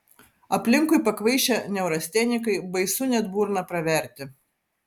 aplinkui pakvaišę neurastenikai baisu net burną praverti